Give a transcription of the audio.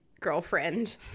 girlfriend